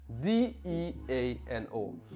D-E-A-N-O